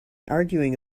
arguing